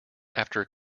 after